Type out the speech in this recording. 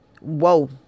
whoa